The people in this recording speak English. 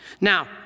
Now